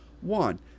one